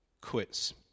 quits